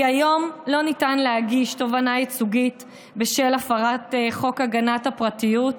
כיום לא ניתן להגיש תובענה ייצוגית בשל הפרת חוק הגנת הפרטיות.